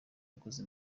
yakoze